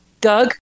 Doug